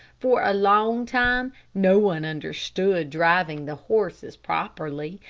for a long time no one understood driving the horses properly,